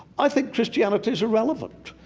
i think christianity is irrelevant.